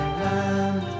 land